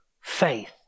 faith